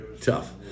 tough